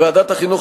ועדת החינוך,